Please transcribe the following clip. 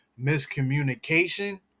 miscommunication